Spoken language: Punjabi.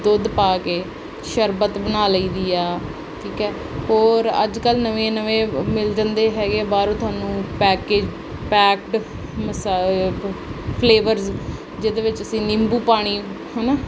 ਦੁੱਧ ਪਾ ਕੇ ਸ਼ਰਬਤ ਬਣਾ ਲਈ ਦੀ ਆ ਠੀਕ ਹੈ ਹੋਰ ਅੱਜ ਕੱਲ੍ਹ ਨਵੇਂ ਨਵੇਂ ਮਿਲ ਜਾਂਦੇ ਹੈਗੇ ਬਾਹਰੋਂ ਤੁਹਾਨੂੰ ਪੈਕਜ ਪੈਕਡ ਮਸਾ ਫਲੇਵਰਸ ਜਿਹਦੇ ਵਿੱਚ ਅਸੀਂ ਨਿੰਬੂ ਪਾਣੀ ਹੈ ਨਾ